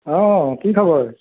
অ' কি খবৰ